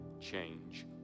change